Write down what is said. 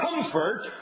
comfort